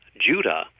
Judah